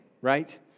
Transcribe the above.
Right